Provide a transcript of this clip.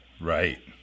Right